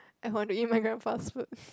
I want to eat my grandpa's food